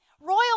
Royal